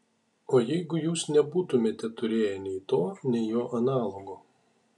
o jeigu jūs nebūtumėte turėję nei to nei jo analogo